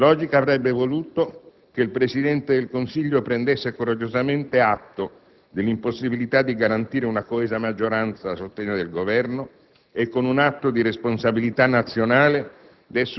Logica avrebbe voluto che il Presidente del Consiglio prendesse coraggiosamente atto dell'impossibilità di garantire una coesa maggioranza a sostegno del Governo e con un atto di responsabilità nazionale